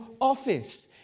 office